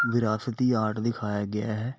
ਵਿਰਾਸਤੀ ਆਰਟ ਦਿਖਾਇਆ ਗਿਆ ਹੈ